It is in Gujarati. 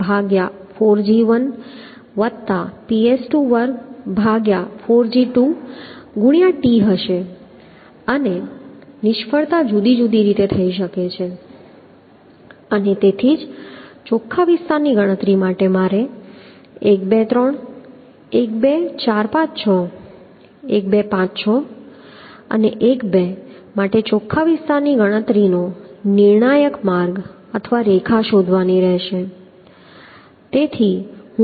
તો આ b ndhPs124giPs224g2t હશે અને નિષ્ફળતા જુદી જુદી રીતે થઈ શકે છે અને તેથી ચોખ્ખા વિસ્તારની ગણતરી માટે મારે 1 2 3 1 2 4 5 6 1 2 5 6 અને 1 2 માટે ચોખ્ખા વિસ્તારની ગણતરીનો નિર્ણાયક માર્ગ અથવા રેખા શોધવાની રહેશે